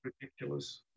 Ridiculous